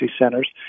centers